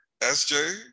Sj